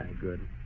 Good